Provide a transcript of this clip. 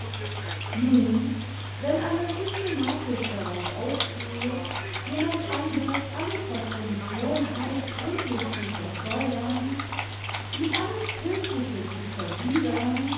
nun wenn einer systematisch darauf ausgeht jemand anders alles was religion heißt gründlich zu versauern ihm alles kirchliche zu verwidem